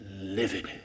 livid